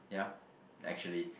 yeah actually